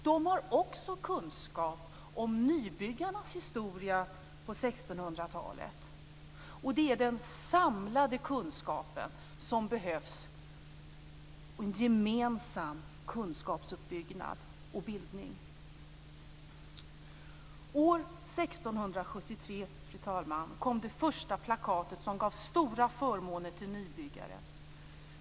De har också kunskap om nybyggarnas historia på 1600 talet. Det är den samlade kunskapen som behövs, dvs. en gemensam kunskapsuppbyggnad och bildning. År 1673, fru talman, kom det första plakatet som gav stora förmåner till nybyggare.